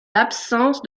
l’absence